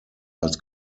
als